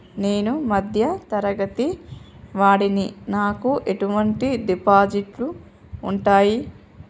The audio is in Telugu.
నేను మధ్య తరగతి వాడిని నాకు ఎటువంటి డిపాజిట్లు ఉంటయ్?